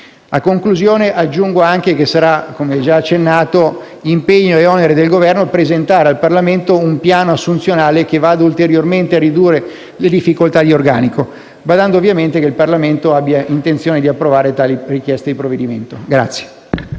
A conclusione, aggiungo anche che sarà, come già accennato, impegno e onere del Governo presentare al Parlamento un piano assunzionale che vada ulteriormente a ridurre le difficoltà di organico, badando ovviamente a che il Parlamento abbia intenzione di approvare tali richieste di provvedimento.